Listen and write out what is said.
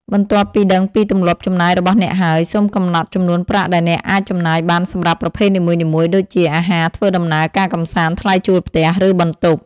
បន្ទាប់ពីដឹងពីទម្លាប់ចំណាយរបស់អ្នកហើយ សូមកំណត់ចំនួនប្រាក់ដែលអ្នកអាចចំណាយបានសម្រាប់ប្រភេទនីមួយៗ ដូចជា អាហារ ធ្វើដំណើរ ការកម្សាន្ត ថ្លៃជួលផ្ទះ ឬ បន្ទប់។